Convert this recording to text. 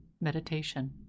meditation